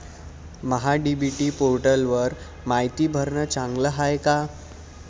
महा DBT पोर्टलवर मायती भरनं चांगलं हाये का?